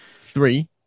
Three